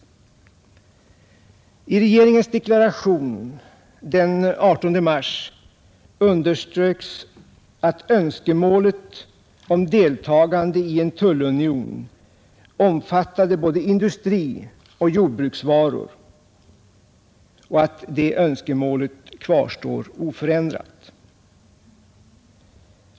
I regeringens deklaration den 18 mars underströks att önskemålet om deltagande i en tullunion, omfattande både industrioch jordbruksvaror, kvarstår oförändrat.